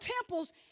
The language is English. temples